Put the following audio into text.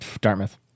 Dartmouth